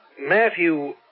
Matthew